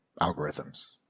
algorithms